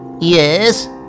Yes